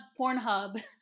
Pornhub